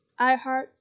iHeart